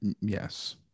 Yes